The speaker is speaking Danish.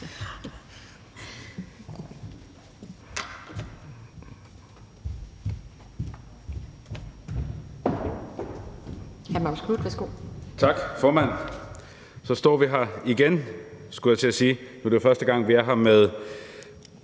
Tak, formand. Så står vi her igen, skulle jeg til at sige. Nu er det jo første gang, vi er her med